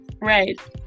Right